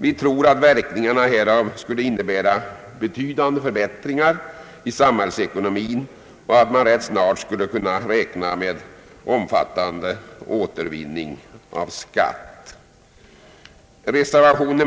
Vi tror att man då skulle vinna betydande förbättringar i samhällsekonomin och att man rätt snart skulle kunna räkna med omfattande återvinning av skatt. om